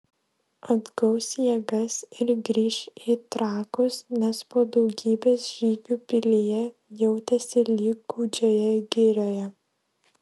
atgaus jėgas ir grįš į trakus nes po daugybės žygių pilyje jautėsi lyg gūdžioje girioje